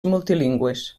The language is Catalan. multilingües